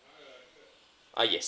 uh yes